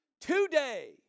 Today